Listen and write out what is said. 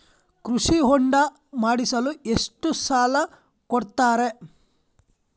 ಕೃಷಿ ಹೊಂಡ ಮಾಡಿಸಲು ಎಷ್ಟು ಸಾಲ ಕೊಡ್ತಾರೆ?